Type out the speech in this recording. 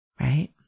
right